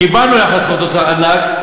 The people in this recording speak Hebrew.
קיבלנו יחס חוב תוצר ענק,